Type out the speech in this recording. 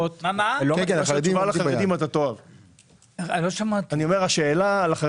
עומדים פחות או יותר על אותו מספר